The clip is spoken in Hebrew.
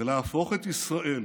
ולהפוך את ישראל